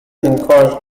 encouraged